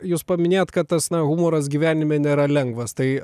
jūs paminėjot kad tas na humoras gyvenime nėra lengvas tai